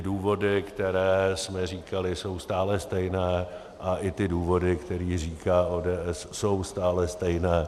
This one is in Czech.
Důvody, které jsme říkali, jsou stále stejné a i důvody, které říká ODS, jsou stále stejné.